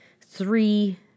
three